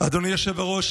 אדוני היושב-ראש,